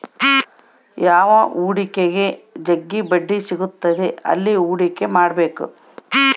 ಯಾವ ಹೂಡಿಕೆಗ ಜಗ್ಗಿ ಬಡ್ಡಿ ಸಿಗುತ್ತದೆ ಅಲ್ಲಿ ಹೂಡಿಕೆ ಮಾಡ್ಬೇಕು